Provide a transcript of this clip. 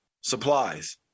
supplies